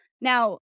Now